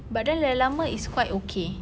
but then lama-lama it's quite okay